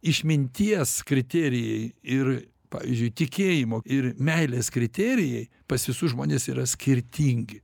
išminties kriterijai ir pavyzdžiui tikėjimo ir meilės kriterijai pas visus žmones yra skirtingi